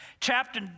Chapter